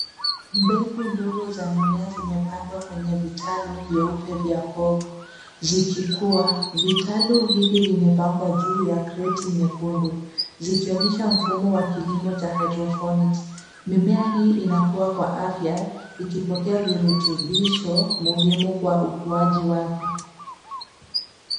Mbegu ndogo za mimea zimepandwa kwenye vitalu vyeupe vya povu zikikuwa. Vitalu hivi vimepangwa juu ya kreti nyekundu zikionyesha mfumo wa kilimo cha hydroponics . Mimea hii inakuwa kwa afya ikipokea virutubisho muhimu kwa ukuaji wake.